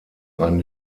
ein